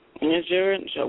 Insurance